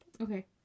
Okay